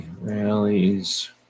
Rallies